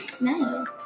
Nice